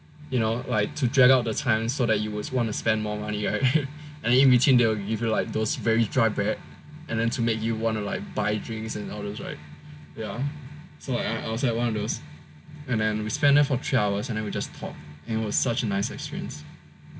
you know like to drag out the time so that you will want to spend more money right and in between they'll give you like those very dry bread and then to make you wanna like buy drinks and all those right so and I was at one of those and then we spend there for three hours and then we just talked it was such a nice experience